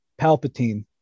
Palpatine